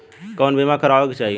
कउन बीमा करावें के चाही?